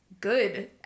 good